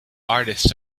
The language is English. artists